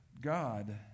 God